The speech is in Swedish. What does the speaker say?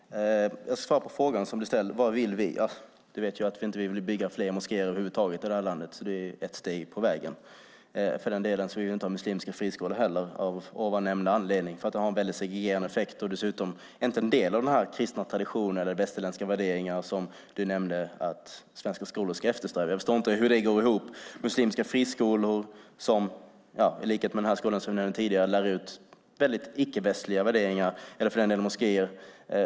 Fru talman! Jag ska svara på frågan som du, Stefan Attefall, ställde. Du vet ju att vi inte vill bygga fler moskéer över huvud taget i det här landet, så det är ett steg på vägen. För den delen vill vi inte ha muslimska friskolor heller, av ovannämnda anledning, för de har en väldigt segregerande effekt och är dessutom inte heller en del av den kristna tradition eller de västerländska värderingar som du nämnde att svenska skolor ska eftersträva. Jag förstår inte hur det går ihop med muslimska friskolor som i likhet med den där skolan som vi nämnde tidigare lär ut väldigt icke-västliga värderingar, eller för den delen moskéer.